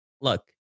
look